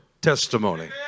testimony